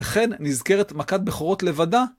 לכן, נזכרת מכת בכורות לבדה.